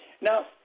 Now